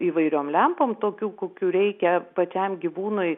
įvairiom lempom tokių kokių reikia pačiam gyvūnui